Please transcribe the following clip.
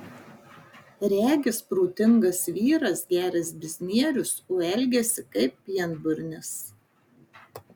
regis protingas vyras geras biznierius o elgiasi kaip pienburnis